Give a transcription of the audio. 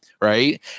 right